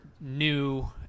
new